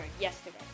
yesterday